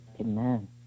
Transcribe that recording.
Amen